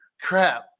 Crap